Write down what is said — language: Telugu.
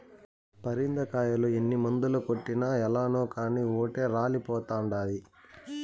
పరింద కాయలు ఎన్ని మందులు కొట్టినా ఏలనో కానీ ఓటే రాలిపోతండాయి